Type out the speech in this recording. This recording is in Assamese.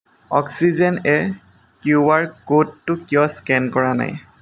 অক্সিজেন এ' কিউআৰ ক'ডটো কিয় স্কেন কৰা নাই